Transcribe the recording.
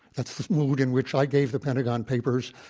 that's the mood in which i gave the pentagon papers,